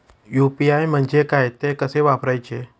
UPI म्हणजे काय, ते कसे वापरायचे?